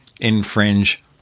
infringe